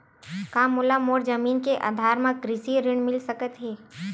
का मोला मोर जमीन के आधार म कृषि ऋण मिल सकत हे?